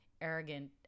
arrogant